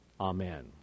Amen